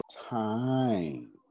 time